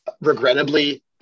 regrettably